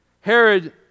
Herod